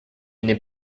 n’est